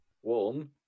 One